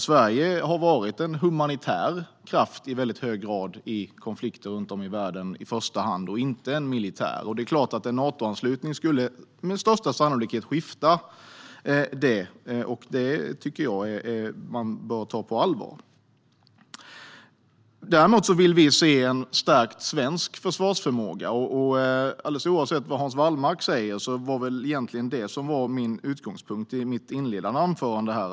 Sverige har i första hand och i väldigt hög grad varit en humanitär kraft, inte en militär, i konflikter runt om i världen. Det är klart att en Natoanslutning med största sannolikhet skulle skifta det, och det tycker jag att man bör ta på allvar. Däremot vill vi se en stärkt svensk försvarsförmåga. Alldeles oavsett vad Hans Wallmark säger var det egentligen det som var min utgångspunkt i mitt inledande anförande här.